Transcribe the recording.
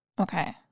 Okay